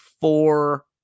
four